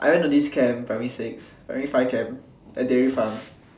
I went to this camp primary six primary five camp at dairy farm